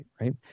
right